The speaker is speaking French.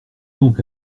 donc